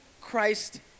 Christ